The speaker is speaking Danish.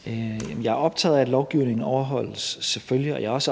også